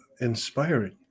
inspiring